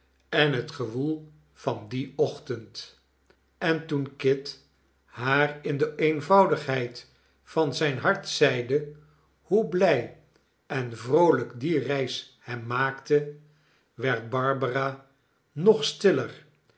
en het gewoel van dien ochtend en toen kit haar in de eenvoudigheid van zijn hart zeide hoe blij en vroolijk die reis hem maakte werd barbara nog stiller